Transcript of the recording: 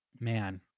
man